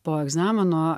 po egzamino